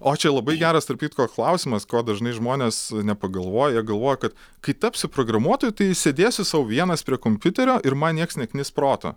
o čia labai geras tarp kitko klausimas ko dažnai žmonės nepagalvoja jie galvoja kad kai tapsi programuotoju tai sėdėsi sau vienas prie kompiuterio ir man nieks neknis proto